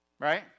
Right